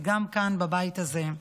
וגם כאן בבית הזה.